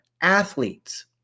athletes